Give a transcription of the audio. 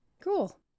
Cool